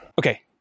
Okay